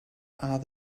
are